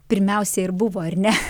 pirmiausia ir buvo ar ne